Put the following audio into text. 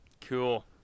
Cool